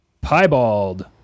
Piebald